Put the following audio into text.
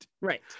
Right